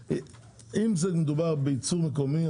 אם מדובר בייצור מקומי,